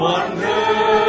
wonder